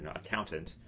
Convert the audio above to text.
accountant,